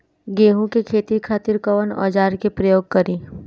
गेहूं के खेती करे खातिर कवन औजार के प्रयोग करी?